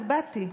אז באתי.